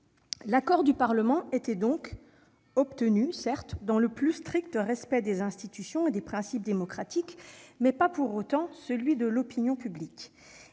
L'accord du Parlement était donc obtenu, dans le plus strict respect des institutions et des principes démocratiques, mais pas nécessairement dans celui de l'opinion publique.